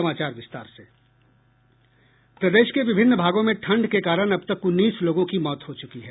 प्रदेश के विभिन्न भागों में ठंड के कारण अब तक उन्नीस लोगों की मौत हो चुकी है